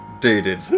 dated